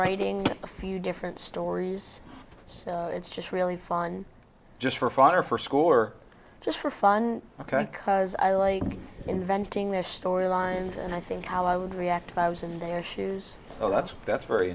writing a few different stories so it's just really fun just for fun or for score just for fun ok because i like inventing their storylines and i think how i would react if i was in their shoes so that's a that's very